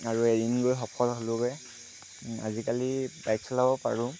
আৰু এদিন গৈ সফল হ'লোঁগৈ আজিকালি বাইক চলাব পাৰোঁ